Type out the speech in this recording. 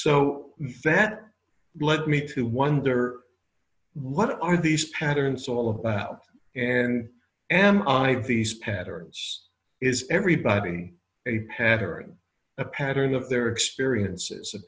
so that led me to wonder what are these patterns all about and and these patterns is everybody a pattern a pattern of their